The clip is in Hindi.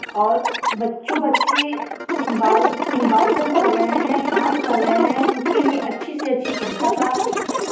और बच्चों बच्ची बाल बाल श्रम कर रहे हैं काम कर रहे हैं उनके लिए अच्छी से अच्छी सुविधा का